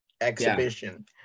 exhibition